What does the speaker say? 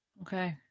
okay